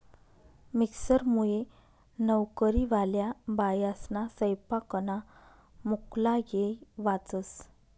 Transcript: मिक्सरमुये नवकरीवाल्या बायास्ना सैपाकना मुक्ला येय वाचस